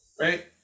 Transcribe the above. right